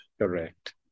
Correct